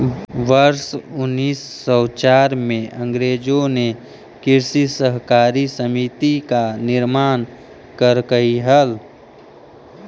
वर्ष उनीस सौ चार में अंग्रेजों ने कृषि सहकारी समिति का निर्माण करकई हल